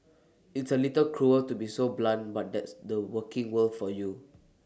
it's A little cruel to be so blunt but that's the working world for you